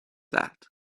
that